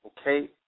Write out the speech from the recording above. okay